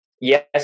yes